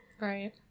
Right